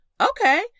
okay